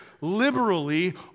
liberally